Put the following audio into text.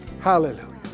Hallelujah